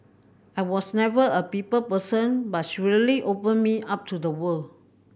I was never a people person but she really opened me up to the world